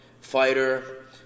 fighter